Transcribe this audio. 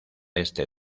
este